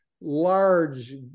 large